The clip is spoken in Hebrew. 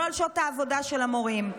לא על שעות העבודה של המורים.